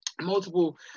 multiple